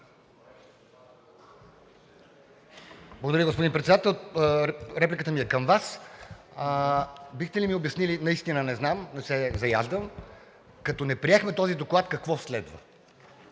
Благодаря, господин Председател. Репликата ми е към Вас. Бихте ли ми обяснили, наистина не знам, не се заяждам, като не приехме този доклад, какво следва?